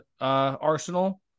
arsenal